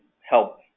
help